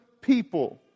people